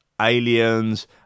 aliens